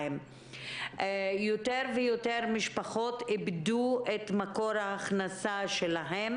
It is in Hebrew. יותר ויותר משפחות איבדו את מקור הכנסתן.